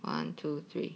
one two three